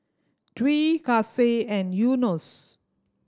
Dwi Kasih and Yunos